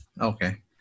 Okay